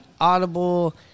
Audible